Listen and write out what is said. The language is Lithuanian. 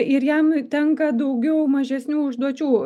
ir jam tenka daugiau mažesnių užduočių